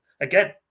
again